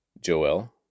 Joel